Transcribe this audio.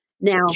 Now